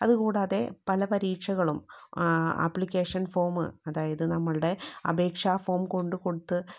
അതു കൂടാതെ പല പരീക്ഷകളും അപ്ലിക്കേഷൻ ഫോമ് അതായത് നമ്മളുടെ അപേക്ഷ ഫോം കൊണ്ടു കൊടുത്ത്